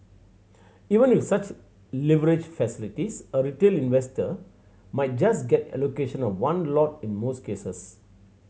even with such leverage facilities a retail investor might just get allocation of one lot in most cases